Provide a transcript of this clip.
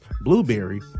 Blueberry